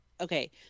Okay